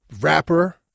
rapper